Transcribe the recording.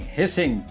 hissing